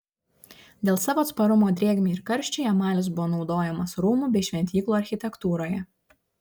dėl savo atsparumo drėgmei ir karščiui emalis buvo naudojamas rūmų bei šventyklų architektūroje